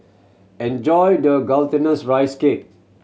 enjoy the gultinous rice cake